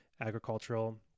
agricultural –